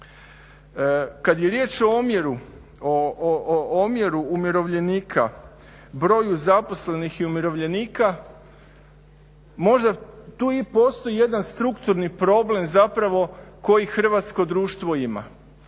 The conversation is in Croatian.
Kad je riječ o omjeru umirovljenika, broju zaposlenih i umirovljenika možda tu i postoji jedna strukturni problem zapravo koji hrvatsko društvo ima.